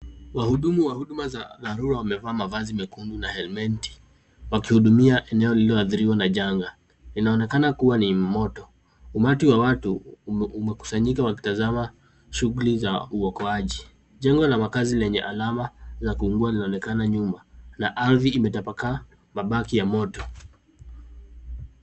Wahudumu wa huduma za dharura wamevaa mavazi na helmeti wakihudumia eneo lililoathiriwa na janga, inaonekana kuwa ni moto. Umati wa watu umekusanyika wakitazama shighuli za uokoaji. Jengo la makazi lenye alama la kuingua linaloonekana nyuma, na ardhi imetapakaa mabaki ya moto.